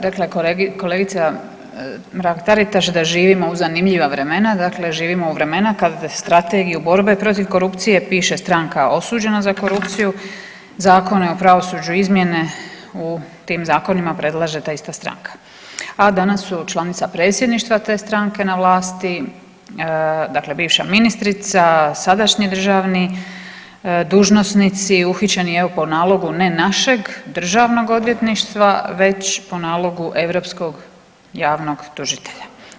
Rekla je kolegica Mrak-Taritaš da živimo u zanimljiva vremena, dakle živimo u vremena kad strategiju borbe protiv korupcije piše stranka osuđena za korupciju, Zakone o pravosuđu i izmjene u tim zakonima predlaže ta ista stranka, a danas su članica predsjedništva te stranke na vlasti, dakle bivša ministrica, sadašnji državni dužnosnici uhićeni evo po nalogu ne našeg državnog odvjetništva već po nalogu europskog javnog tužitelja.